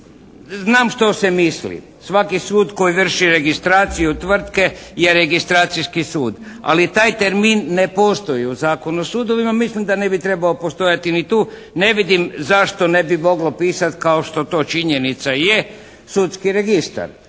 Znam što se misli. Svaki sud koji vrši registraciju tvrtke je registracijski sud. Ali taj termin ne postoji u Zakonu o sudovima. Mislim da ne bi trebao postojati ni tu. Ne vidim zašto ne bi moglo pisat kao što to činjenica je, Sudski registar,